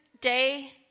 day